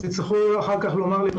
תצטרכו אחר כך לומר לי מה הוא אמר.